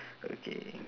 okay